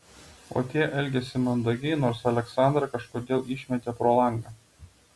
o tie elgėsi mandagiai nors aleksandrą kažkodėl išmetė pro langą